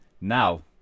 now